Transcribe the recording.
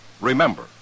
Remember